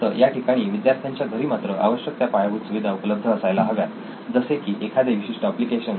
फक्त या ठिकाणी विद्यार्थ्यांच्या घरी मात्र आवश्यक त्या पायाभूत सुविधा उपलब्ध असायला हव्यात जसे की एखादे विशिष्ट एप्लिकेशन